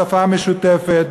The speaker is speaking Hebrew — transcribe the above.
שפה משותפת,